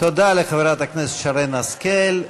תודה לחברת הכנסת שרן השכל.